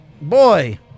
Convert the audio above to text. boy